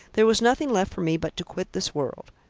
there was nothing left for me but to quit this world.